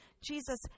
Jesus